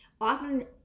often